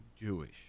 Jewish